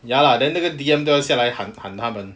ya lah then 那个 D_M 都要下来喊喊他们